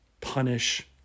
punish